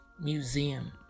museum